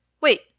Wait